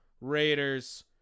Raiders